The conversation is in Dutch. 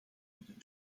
met